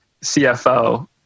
CFO